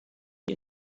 die